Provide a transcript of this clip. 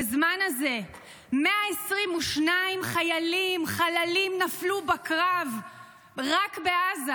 בזמן הזה 122 חיילים חללים נפלו בקרב רק בעזה.